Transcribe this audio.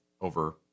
over